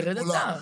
תרד אתה.